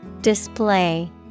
Display